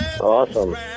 Awesome